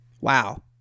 Wow